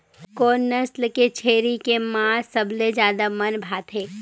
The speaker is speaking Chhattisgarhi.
कोन नस्ल के छेरी के मांस सबले ज्यादा मन भाथे?